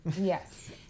yes